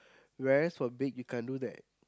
while as from big you can't do that